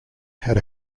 had